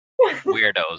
weirdos